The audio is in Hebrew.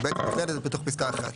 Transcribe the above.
היא באמת נפרדת בתוך פסקה (1).